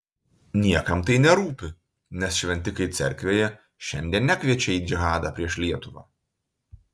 niekam tai nerūpi nes šventikai cerkvėje šiandien nekviečia į džihadą prieš lietuvą